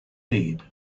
lead